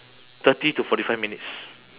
thirty to forty five minutes